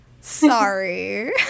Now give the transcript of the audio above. Sorry